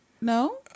no